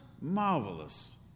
marvelous